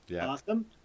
awesome